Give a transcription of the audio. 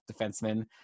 defenseman